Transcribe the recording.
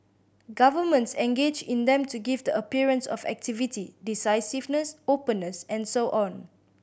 governments engage in them to give the appearance of activity decisiveness openness and so on